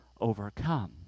overcome